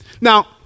Now